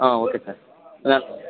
ಹಾಂ okay sir sir